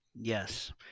Yes